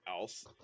else